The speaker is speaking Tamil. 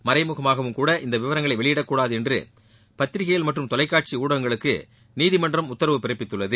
மறைமுகமாகவும் கூட இந்த விவரங்கள் வெளியிடப்படக் கூடாது என்று பத்திரிகைகள் மற்றும் தொலைக்காட்சி ஊடகங்களுக்கு நீதிமன்றம் உத்தரவு பிறப்பித்துள்ளது